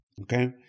Okay